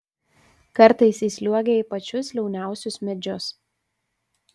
kartais įsliuogia į pačius liauniausius medžius